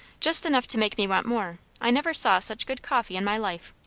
just enough to make me want more. i never saw such good coffee in my life.